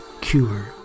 cure